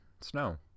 snow